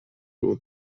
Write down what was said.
would